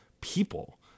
people